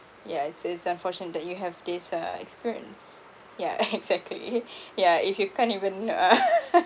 yeah it's it's unfortunate that you have this uh experience yeah exactly yeah if you can't even